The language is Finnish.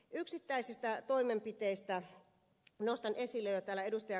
yksittäisistä toimenpiteistä nostan esille jo täällä ed